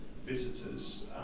Visitors